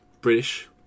British